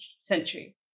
century